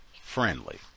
friendly